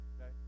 Okay